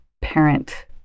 parent